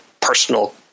Personal